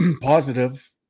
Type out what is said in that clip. positive